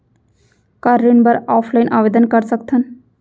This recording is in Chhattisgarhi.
का ऋण बर ऑफलाइन आवेदन कर सकथन?